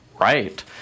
right